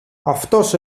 αυτός